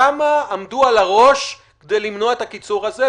כמה עמדו על הראש כדי למנוע את הקיצור הזה.